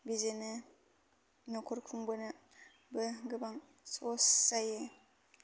बिजोंनो न'खर खुंबोनोबो गोबां सहस जायो